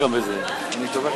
אדוני